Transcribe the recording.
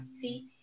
feet